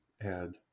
add